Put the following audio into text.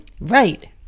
Right